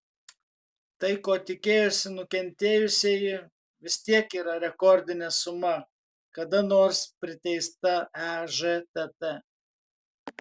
tai ko tikėjosi nukentėjusieji vis tiek yra rekordinė suma kada nors priteista ežtt